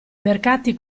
mercati